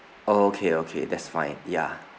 oh okay okay that's fine ya